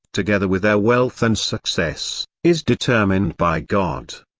together with their wealth and success, is determined by god.